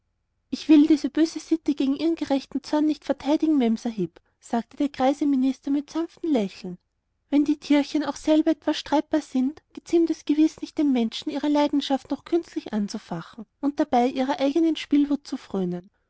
ich will diese böse sitte gegen ihren gerechten zorn nicht verteidigen memsahib sagte der greise minister mit sanftem lächeln wenn die tierchen auch selber etwas streitbar sind geziemt es gewiß nicht den menschen ihre leidenschaft noch künstlich anzufachen um dabei ihrer eigenen spielwut zu frönen